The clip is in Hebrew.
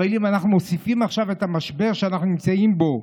אבל אם אנחנו מוסיפים עכשיו את המשבר שאנחנו נמצאים בו,